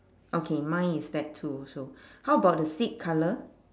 okay mine is that too also how about the seat colour